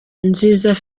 nziza